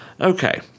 Okay